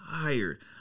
tired